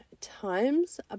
times